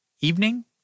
evening